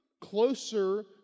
closer